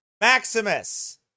Maximus